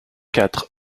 quatre